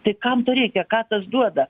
tai kam to reikia ką tas duoda